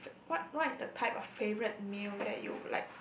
what what is the type of favorite meal then you will like